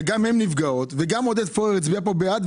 גם הן נפגעות וגם עודד פורר הצביע כאן בעד.